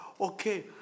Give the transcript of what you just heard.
okay